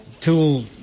tool